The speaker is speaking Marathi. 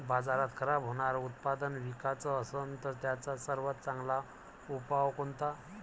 बाजारात खराब होनारं उत्पादन विकाच असन तर त्याचा सर्वात चांगला उपाव कोनता?